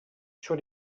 sur